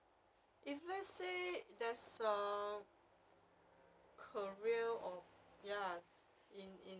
if let's say there's a career or ya in in